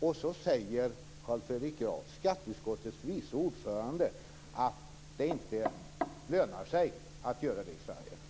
Och då säger Carl Fredrik Graf, skatteutskottets vice ordförande, att det inte lönar sig att göra det i Sverige.